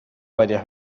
varias